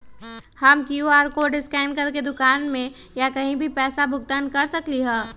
हम QR code scan करके दुकान में या कहीं भी पैसा के भुगतान कर सकली ह?